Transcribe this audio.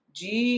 de